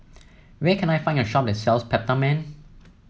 where can I find a shop that sells Peptamen